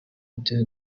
bya